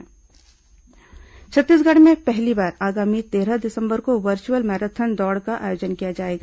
virtual marathon Chhattisgarh में पहली बार आगामी तेरह दिसंबर को वर्च्अल मैराथन दौड़ का आयोजन किया जाएगा